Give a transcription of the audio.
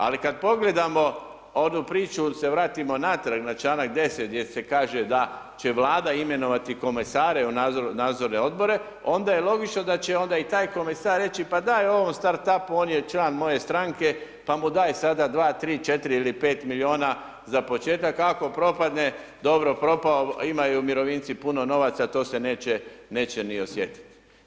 Ali, kada pogledamo onu priču ili se vratimo natrag na čl. 10. gdje se kaže da će vlada imenovati komesare u nadzorne odbore, onda je logično da će onda i taj komesar reći, pa daj ovom starup-u on je član moje stranke, pa mu daj sada 2, 3, 4 ili 5 milijuna za početak, ako propadne, dobro prodao, imaju umirovljenici puno novaca, to se neće no osjetiti.